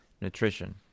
nutrition